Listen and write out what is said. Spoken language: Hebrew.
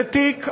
זה תיק,